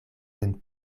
sen